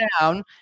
down